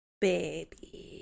baby